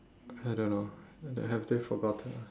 I don't know have they forgotten